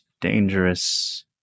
dangerous